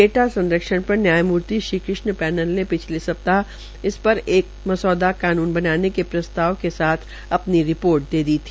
data संरक्षण पर न्यायमुर्ति श्री कृष्ण पैनल ने पिछले सप्ताह इस एक मसौदे कानून बनाये के प्रस्ताव के साथ अपनी रिपोर्ट दे दी है